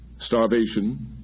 Starvation